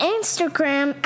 Instagram